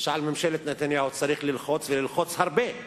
ועל ממשלת נתניהו צריך ללחוץ, וללחוץ הרבה,